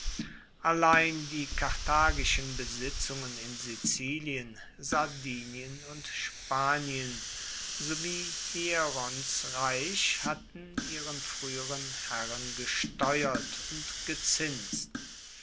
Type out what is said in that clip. allein die karthagischen besitzungen in sizilien sardinien und spanien sowie hierons reich hatten ihren frueheren herren gesteuert und gezinst